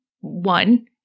one